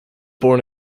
born